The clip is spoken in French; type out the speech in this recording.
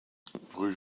rue